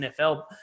NFL